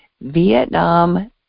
Vietnam